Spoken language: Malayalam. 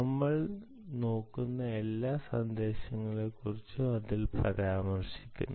നമ്മൾ നോക്കുന്ന എല്ലാ സന്ദേശങ്ങളെക്കുറിച്ചും അതിൽ പരാമർശിക്കുന്നു